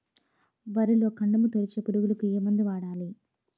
వరిలో కాండము తొలిచే పురుగుకు ఏ మందు వాడాలి?